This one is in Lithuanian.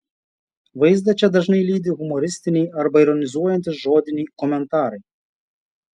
vaizdą čia dažnai lydi humoristiniai arba ironizuojantys žodiniai komentarai